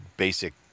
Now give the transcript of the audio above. basic